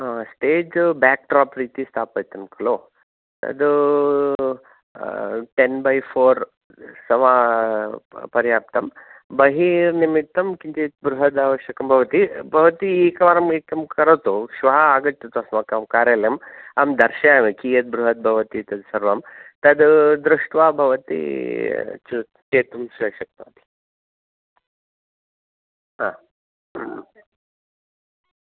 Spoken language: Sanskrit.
स्टेज् बेक्ड्राप् इति स्थापयितुं खलु तद् टेन् बै फ़ोर् पर्याप्तम् बहिः निमित्तं किञ्चित् बृहत् आवश्यकं भवति भवती एकवारम् एकं करोतु श्वः आगच्छतु अस्माकं कार्यालयम् अहं दर्शयामि कियत् बृहत् भवति तद् सर्वम् तद् दृष्ट्वा भवती चेतुं श श् शक्नोति हा